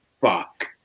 Fuck